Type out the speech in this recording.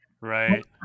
Right